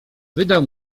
wydał